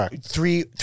three